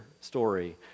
story